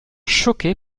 choquée